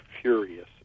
furious